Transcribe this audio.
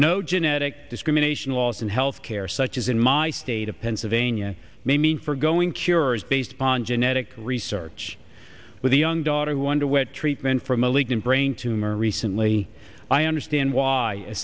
no genetic discrimination laws and health care such as in my state of pennsylvania may mean for going cures based on genetic research with the young daughter who underwent treatment for a malignant brain tumor recently i understand why a